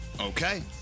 Okay